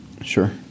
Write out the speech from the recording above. Sure